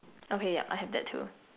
okay yup I have that too